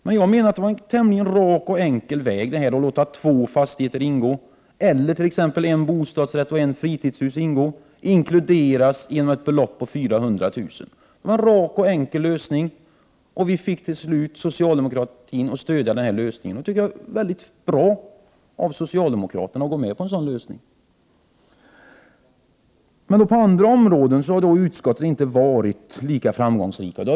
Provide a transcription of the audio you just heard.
Men jag menar att det var en tämligen rak och enkel väg att låta två fastigheter, t.ex. en bostadsrätt och ett fritidshus, inkluderas i ett belopp på 400 000 kr. Det var en rak och enkel lösning. Vi fick till slut socialdemokraterna att stödja detta förslag. Jag tycker att det var mycket bra av dem att gå med på en sådan lösning. På andra områden har utskottet inte varit lika framgångsrikt.